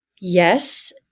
Yes